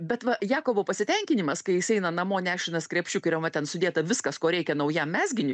bet va jakobo pasitenkinimas kai jis eina namo nešinas krepšiu kuriame ten sudėta viskas ko reikia naujam mezginiui